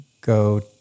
go